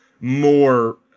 more